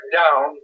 down